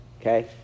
okay